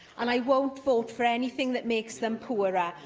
and i won't vote for anything that makes them poorer,